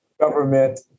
government